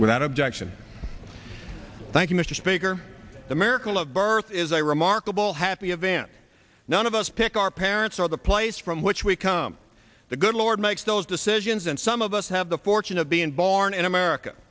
objection thank you mr speaker the miracle of birth is a remarkable happy event none of us pick our parents or the place from which we come the good lord makes those decisions and some of us have the fortune of being born in america